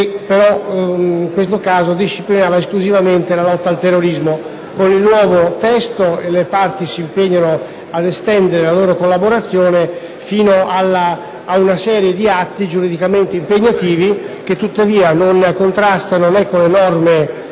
le questioni attinenti alla lotta al terrorismo. Con il nuovo testo le parti si impegnano ad estendere la loro collaborazione ad una serie di atti giuridicamente impegnativi, che tuttavia non contrastano né con le norme